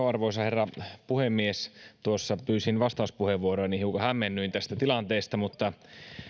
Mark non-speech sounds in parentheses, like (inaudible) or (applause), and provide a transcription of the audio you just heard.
(unintelligible) arvoisa herra puhemies tuossa pyysin vastauspuheenvuoroa niin hiukan hämmennyin tästä tilanteesta mutta